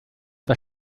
der